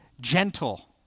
gentle